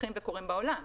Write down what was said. שמתפתחים וקורים בעולם.